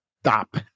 stop